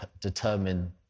determine